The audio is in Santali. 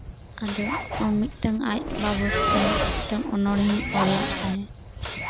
ᱟᱫᱚ ᱢᱤᱫᱴᱟᱝ ᱟᱡ ᱵᱟᱵᱚᱫ ᱛᱮ ᱢᱤᱫᱟᱴᱟᱝ ᱚᱱᱚᱬᱦᱮᱸᱧ ᱚᱞ ᱞᱮᱫ ᱛᱟᱦᱮᱸᱫ